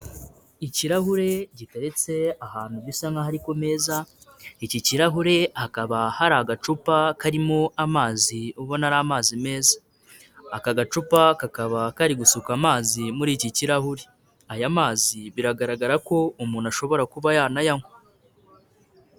Ikirahure giteretse ahantu bisa nk'aho ari ku meza, iki kirahure hakaba hari agacupa karimo amazi ubona ari amazi meza. Aka gacupa kakaba kari gusuka amazi muri iki kirahuri. Aya mazi biragaragara ko umuntu ashobora kuba yanayanywa.